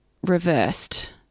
reversed